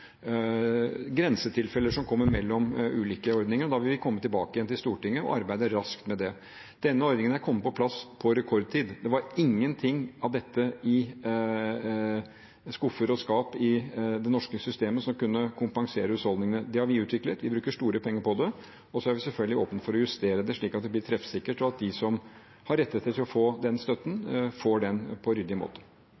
grensetilfeller som kommer mellom ulike ordninger. Da vil vi komme tilbake igjen til Stortinget og arbeide raskt med det. Denne ordningen er kommet på plass på rekordtid. Det var ingenting av dette i skuffer og skap i det norske systemet som kunne kompensere husholdningene. Det har vi utviklet. Vi bruker store penger på det. Så er vi selvfølgelig åpne for å justere det slik at det blir treffsikkert, og at de som har rettigheter til å få den støtten,